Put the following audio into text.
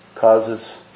causes